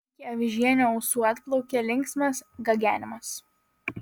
iki avižienio ausų atplaukė linksmas gagenimas